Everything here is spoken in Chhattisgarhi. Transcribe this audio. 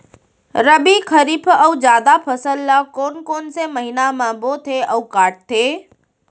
रबि, खरीफ अऊ जादा फसल ल कोन कोन से महीना म बोथे अऊ काटते?